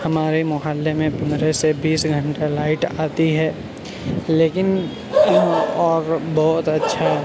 ہمارے محلے میں پندرہ سے بیس گھنٹہ لائٹ آتی ہے لیکن اور بہت اچھا